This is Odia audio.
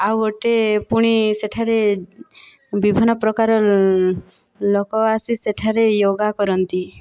ଆଉ ଗୋଟିଏ ପୁଣି ସେଠାରେ ବିଭିନ୍ନ ପ୍ରକାରର ଲୋକ ଆସି ସେଠାରେ ୟୋଗା କରନ୍ତି